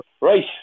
Right